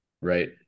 right